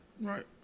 Right